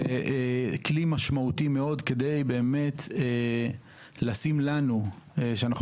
הוועדה היא כלי משמעותי מאוד כדי לשים לנו את